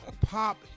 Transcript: Pop